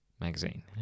magazine